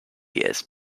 years